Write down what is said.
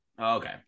okay